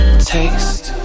Taste